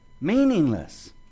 meaningless